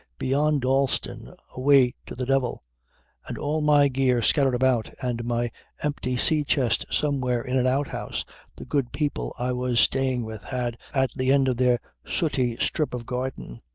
beyond dalston, away to the devil and all my gear scattered about, and my empty sea-chest somewhere in an outhouse the good people i was staying with had at the end of their sooty strip of garden.